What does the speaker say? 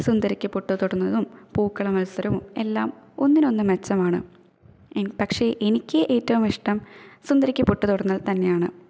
സുന്ദരിക്ക് പൊട്ട് തൊടുന്നതും പൂക്കളമത്സരോം എല്ലാം ഒന്നിനൊന്നുമെച്ചമാണ് എ പക്ഷെ എനിക്ക് ഏറ്റവും ഇഷ്ടം സുന്ദരിയ്ക്കു പൊട്ടുതൊടുന്നതു തന്നെയാണ്